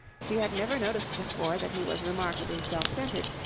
she had never noticed before that he was remarkably self-centred,